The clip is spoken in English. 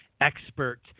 expert